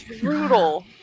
Brutal